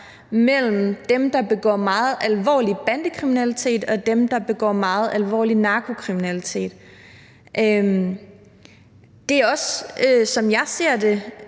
mellem dem, der begår meget alvorlig bandekriminalitet, og dem, der begår meget alvorlig narkokriminalitet. Det er også, som jeg ser det,